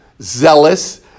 zealous